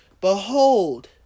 Behold